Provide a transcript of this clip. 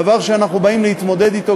דבר שאנחנו באים להתמודד אתו,